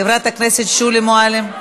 חברת הכנסת שולי מועלם.